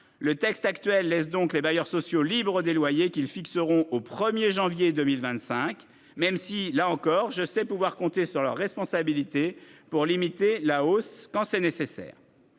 du texte actuel les laissent donc libres des loyers qu'ils fixeront au 1 janvier 2025, même si je sais pouvoir compter sur leur responsabilité pour limiter la hausse quand c'est nécessaire.